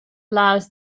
allows